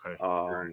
okay